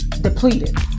depleted